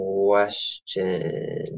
question